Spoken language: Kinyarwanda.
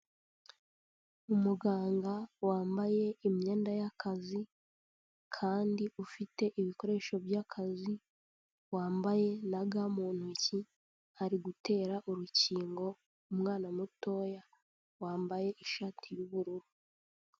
Umuganga wambaye imyenda y'akazi kandi ufite ibikoresho by'akazi wambaye na ga mu ntoki, ari gutera urukingo umwana mutoya wambaye ishati y'ubururu.